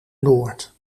noord